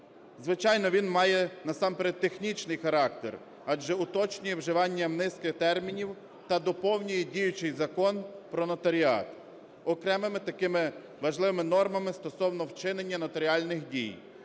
Звичайно, він має насамперед технічний характер, адже уточнює вживання низки термінів та доповнює діючий Закон "Про нотаріат" окремими такими важливими нормами стосовно вчинення нотаріальних дій.